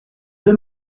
deux